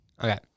okay